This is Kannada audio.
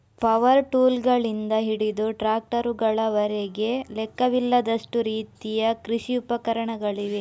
ಪವರ್ ಟೂಲ್ಗಳಿಂದ ಹಿಡಿದು ಟ್ರಾಕ್ಟರುಗಳವರೆಗೆ ಲೆಕ್ಕವಿಲ್ಲದಷ್ಟು ರೀತಿಯ ಕೃಷಿ ಉಪಕರಣಗಳಿವೆ